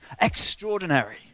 extraordinary